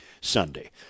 Sunday